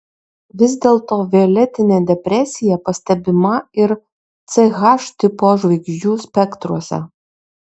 vis dėlto violetinė depresija pastebima ir ch tipo žvaigždžių spektruose